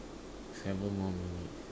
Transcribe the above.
seven more minutes